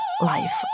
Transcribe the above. life